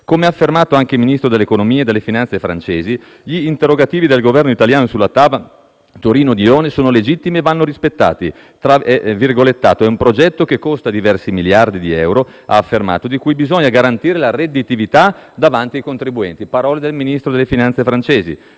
Come ha affermato anche il Ministro dell'economia e delle finanze francese, gli interrogativi del Governo italiano sulla TAV Torino-Lione sono legittimi e vanno rispettati: «È un progetto che costa diversi miliardi di euro ha affermato di cui bisogna garantire la redditività davanti ai contribuenti». Parole del Ministro dell'economia